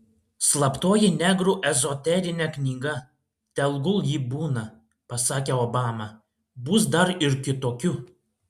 slaptoji negrų ezoterinė knyga tegul ji būna pasakė obama bus dar ir kitokių